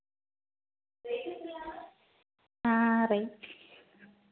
rate